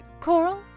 Coral